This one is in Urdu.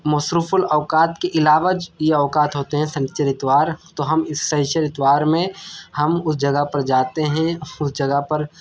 مصروف الاوقات کے علاوہ یہ اوقات ہوتے ہیں سنیچر اتوار تو ہم اس سنیچر اتوار میں ہم اس جگہ پر جاتے ہیں اس جگہ پر